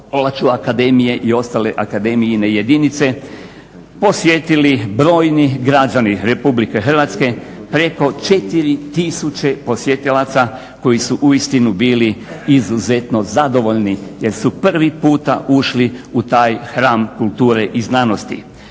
palaču akademije i ostale akademijine jedinice posjetili brojni građani RH preko 4 tisuće posjetilaca koji su uistinu bili izuzetno zadovoljni jer su prvi puta ušli u taj hram kulture i znanosti.